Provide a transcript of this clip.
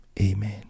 Amen